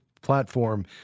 platform